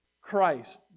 Christ